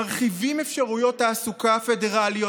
מרחיבים אפשרויות תעסוקה פדרליות.